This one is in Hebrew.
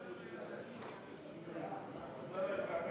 כבוד היושבת-ראש,